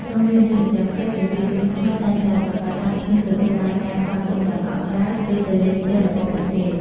ក្នុងនាមជាម្ចាស់ផ្ទះ ប្រជាជនខ្មែរតែងតែប្រាកដថា ភ្ញៀវទទួលបានការស្វាគមន៍យ៉ាងកក់ក្ដៅ ពេលទៅលេងផ្ទះរបស់ពួកគេ។